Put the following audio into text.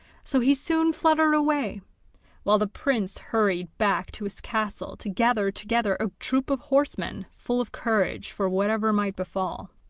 so he soon fluttered away while the prince hurried back to his castle to gather together a troop of horsemen, full of courage for whatever might befall.